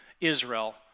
Israel